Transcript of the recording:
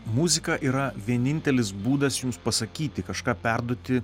muzika yra vienintelis būdas jums pasakyti kažką perduoti